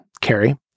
Carrie